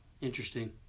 interesting